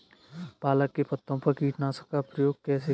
पालक के पत्तों पर कीटनाशक का प्रयोग कैसे करें?